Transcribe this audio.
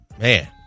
Man